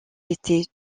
était